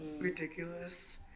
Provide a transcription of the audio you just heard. Ridiculous